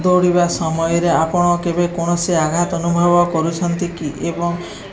ଦୌଡ଼ିବା ସମୟରେ ଆପଣ କେବେ କୌଣସି ଆଘାତ ଅନୁଭବ କରୁଛନ୍ତି କି ଏବଂ